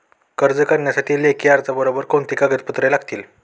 कर्ज करण्यासाठी लेखी अर्जाबरोबर कोणती कागदपत्रे लागतील?